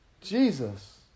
Jesus